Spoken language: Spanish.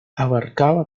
abarcaba